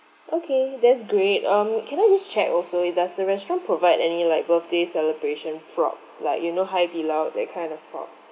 okay that's great um can I just check also does the restaurant provide any like birthday celebration props like you know hai di lao that kind of props